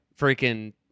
Freaking